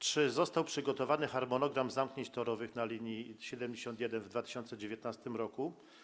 Czy został przygotowany harmonogram zamknięć torowych na linii nr 71 w 2019 r.